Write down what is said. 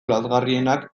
lazgarrienak